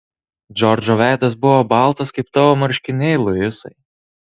džordžo veidas buvo baltas kaip tavo marškiniai luisai